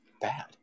bad